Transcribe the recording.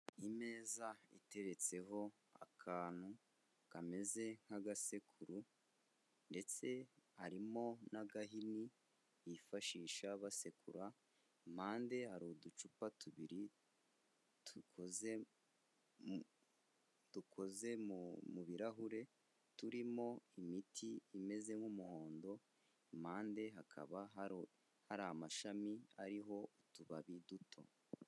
Imeza iteretseho akantu kameze nk'agasekuru ndetse harimo n'agahini bifashisha basekura kuruhande hari uducupa tubiri dukoze dukoze mu birahure turimo imiti imeze nk'umuhondo kuruhande hakaba hari amashami ariho utubabi duto….